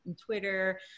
Twitter